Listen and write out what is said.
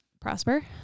prosper